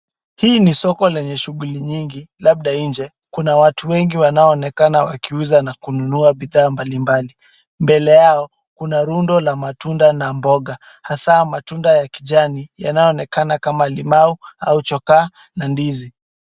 Hii ni soko lenye shughuli nyingi, labda nje kuna watu wengi wanaoonekana wakiuza na kununua bidhaa mbalimbali. Mbele yao kuna rundo la matunda na mboga hasa matunda ya kijani yanayoonekana kama limau au chokaa na ndizi.